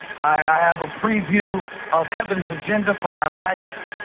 i have a preview of heaven's agenda for my life,